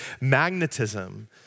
magnetism